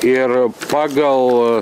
ir pagal